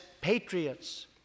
patriots